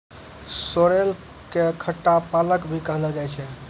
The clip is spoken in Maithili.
सोरेल कॅ खट्टा पालक भी कहलो जाय छै